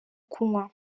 kunywa